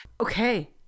Okay